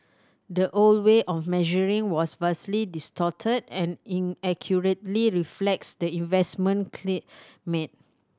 the old way of measuring was vastly distorted and inaccurately reflects the investment climate